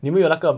你们有那个